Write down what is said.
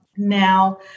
Now